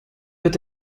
wird